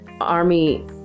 Army